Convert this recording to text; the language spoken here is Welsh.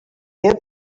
heb